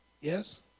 Yes